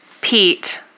Pete